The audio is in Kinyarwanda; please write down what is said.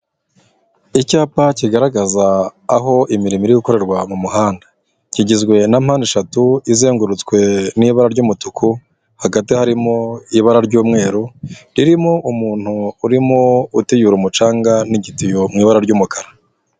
Icyapa kigaragaza aho imirimo iri gukorerwa mu muhanda kigizwe na mpandeshatu izengurutswe n'ibara ry'umutuku hagati harimo ibara ry'umweru ririmo umuntu urimo utiyura umucanga n'igitiyo mu ibara ry'umukara.